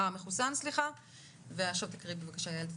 המחוסן, ועכשיו תקריאי בבקשה יעל.